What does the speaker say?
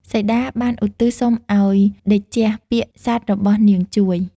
សីតាបានឧទ្ទិសសុំឱ្យតេជះពាក្យសត្យរបស់នាងជួយ។